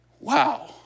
Wow